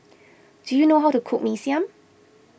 do you know how to cook Mee Siam